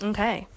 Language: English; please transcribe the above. Okay